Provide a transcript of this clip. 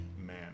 man